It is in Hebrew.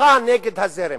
שוחה נגד הזרם.